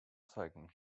cycling